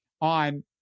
on –